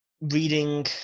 reading